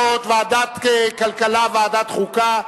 2010,